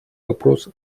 вопрос